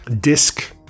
disc